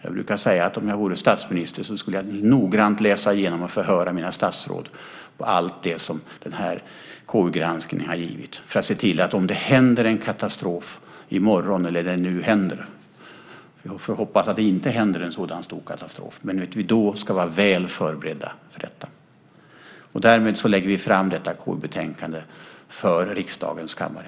Jag brukar säga att om jag vore statsminister så skulle jag noggrant läsa igenom förhören med mina statsråd och allt det som KU-granskningen har givit för att om det händer en katastrof i morgon eller när det nu händer - vi får hoppas att det inte händer en sådan stor katastrof - vi då ska vara väl förberedda för detta. Därmed lägger vi fram detta KU-betänkande för riksdagens kammare.